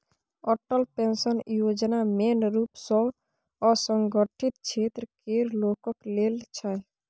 Atal pension योजना main रुप सँ असंगठित क्षेत्र केर लोकक लेल छै